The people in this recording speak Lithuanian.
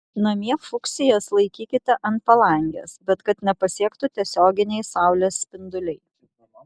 namie fuksijas laikykite ant palangės bet kad nepasiektų tiesioginiai saulės spinduliai